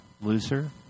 loser